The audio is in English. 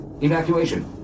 evacuation